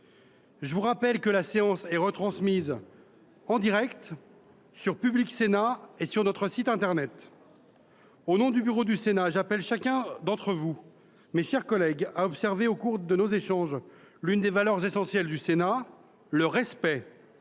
Je vous rappelle que la séance est retransmise en direct sur Public Sénat et sur notre site internet. Au nom du bureau du Sénat, j’appelle chacun d’entre vous, mes chers collègues, à observer au cours de nos échanges l’une des valeurs essentielles du Sénat : le respect,